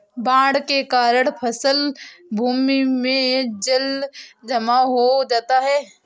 बाढ़ के कारण फसल भूमि में जलजमाव हो जाता है